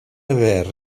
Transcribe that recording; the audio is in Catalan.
haver